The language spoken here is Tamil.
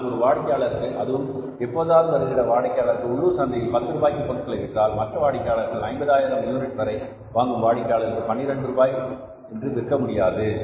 இதனால் ஒரு வாடிக்கையாளருக்கு அதுவும் எப்போதாவது வருகிற வாடிக்கையாளருக்கு உள்ளூர் சந்தையில் பத்து ரூபாய்க்கு பொருட்களை விற்றால் மற்ற வாடிக்கையாளர்களுக்கு 50000 யூனிட் வரை வாங்கும் வாடிக்கையாளர்களுக்கு 12 ரூபாய் என்று விற்க முடியாது